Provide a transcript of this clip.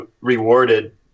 rewarded